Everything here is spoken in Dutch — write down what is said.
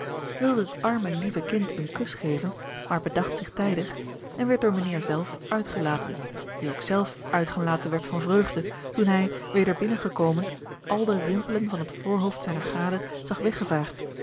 wilde het arme lieve kind een kus geven maar bedacht zich tijdig en werd door mijnheer zelf uitgelaten die ook zelf uitgelaten werd van vreugde toen hij weder binnengekomen al de rimpelen van het voorhoofd zijner gade zag weggevaagd